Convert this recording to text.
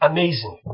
Amazing